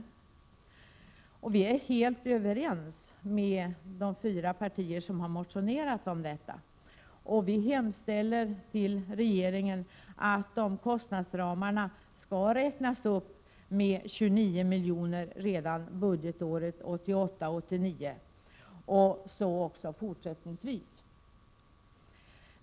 Vi är i utskottsmajoriteten helt överens med de fyra partier som har motionerat, och vi hemställer till regeringen att dessa kostnadsramar skall räknas upp med 29 miljoner redan budgetåret 1988/89 och även fortsättningsvis.